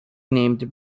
named